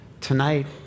tonight